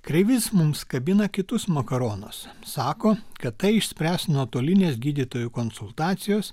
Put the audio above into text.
kreivys mums kabina kitus makaronus sako kad tai išspręs nuotolinės gydytojų konsultacijos